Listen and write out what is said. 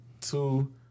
Two